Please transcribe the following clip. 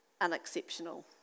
unexceptional